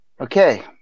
Okay